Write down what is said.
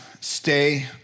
stay